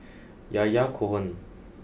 Yahya Cohen